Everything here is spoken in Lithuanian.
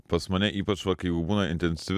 pas mane ypač va kai jau būna intensyvi